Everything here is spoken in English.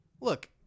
Look